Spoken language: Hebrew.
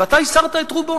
ואתה הסרת את רובו